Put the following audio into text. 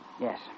Yes